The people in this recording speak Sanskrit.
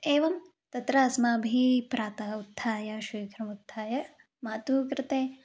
एवं तत्र अस्माभिः प्रातः उत्थाय शीघ्रम् उत्थाय मातुः कृते